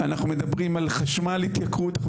אנחנו מדברים על התייקרות בחשמל,